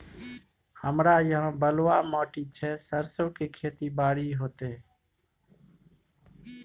हमरा यहाँ बलूआ माटी छै सरसो के खेती बारी होते?